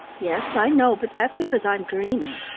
yes, i know, but that's because i'm dreaming.